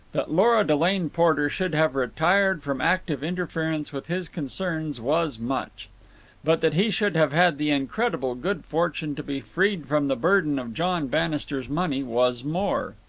that lora delane porter should have retired from active interference with his concerns was much but that he should have had the incredible good fortune to be freed from the burden of john bannister's money was more.